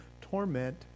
torment